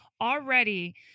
already